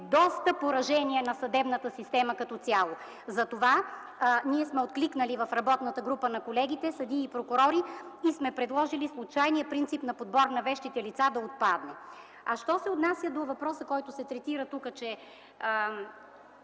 доста поражения на съдебната система като цяло. Затова ние сме откликнали в работната група на колегите – съдии и прокурори, и сме предложили случайният принцип на подбор на вещите лица да отпадне. Що се отнася до въпроса, който се третира тук – че